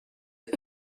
are